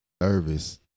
nervous